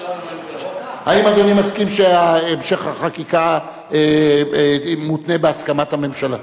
האם אדוני מסכים שהמשך החקיקה יותנה בהסכמת הממשלה?